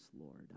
Lord